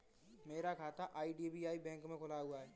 मेरा खाता IDBI bank में खुला हुआ है